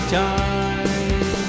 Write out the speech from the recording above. time